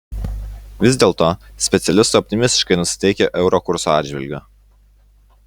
vis dėlto specialistai optimistiškai nusiteikę euro kurso atžvilgiu